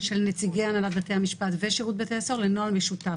של נציגי הנהלת בתי המשפט ושירות בתי הסוהר לנוהל משותף,